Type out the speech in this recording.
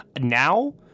now